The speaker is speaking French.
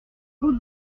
route